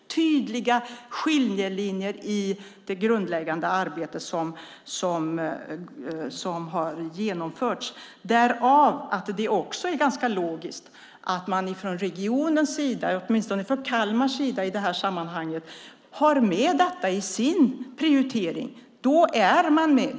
Det finns tydliga skiljelinjer i det grundläggande arbete som har genomförts. Därav är det också ganska logiskt att man från regionens sida, åtminstone från Kalmars sida i det här sammanhanget, har med detta i sin prioritering. Då är man med.